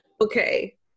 Okay